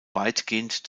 weitgehend